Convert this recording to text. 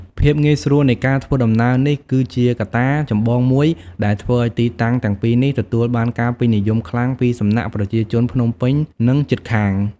ភាពងាយស្រួលនៃការធ្វើដំណើរនេះគឺជាកត្តាចម្បងមួយដែលធ្វើឲ្យទីតាំងទាំងពីរនេះទទួលបានការពេញនិយមខ្លាំងពីសំណាក់ប្រជាជនភ្នំពេញនិងជិតខាង។